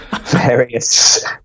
various